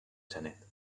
genet